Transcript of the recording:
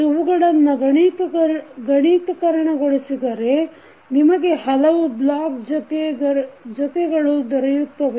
ಅವುಗಳನ್ನು ಗಣಿತಕರಣಗೊಳಿಸಿದರೆ represent them ನಿಮಗೆ ಹಲವು ಬ್ಲಾಕ್ ಜೊತೆಗಳು ದೊರೆಯುತ್ತವೆ